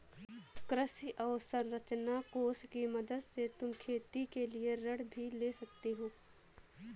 कृषि अवसरंचना कोष की मदद से तुम खेती के लिए ऋण भी ले सकती हो